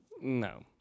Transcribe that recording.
No